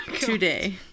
today